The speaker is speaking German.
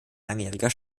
langjähriger